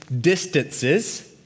distances